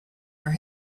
for